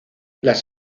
las